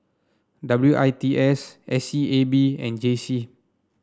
W I T S S E A B and J C